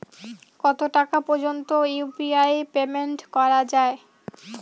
কত টাকা পর্যন্ত ইউ.পি.আই পেমেন্ট করা যায়?